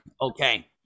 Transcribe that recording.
Okay